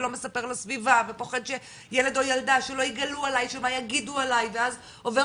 ולא מספר לסביבה ופוחד שילד או ילדה שלא יגלו עלי שיגידו עלי ואז עובר